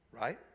right